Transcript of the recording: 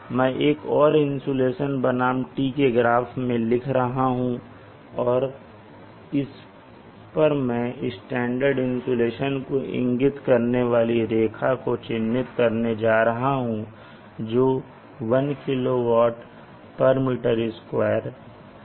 मैं एक और इंसुलेशन बनाम "t" के ग्राफ में लिख रहा हूं और इस पर मैं स्टैंडर्ड इंसुलेशन को इंगित करने वाली रेखा को चिह्नित करने जा रहा हूं जो 1 kWm2 है